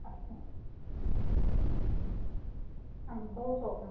अस्तु आं बहु सोबनम्